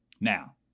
Now